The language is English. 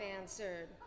answered